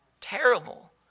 Terrible